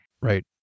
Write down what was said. Right